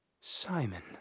Simon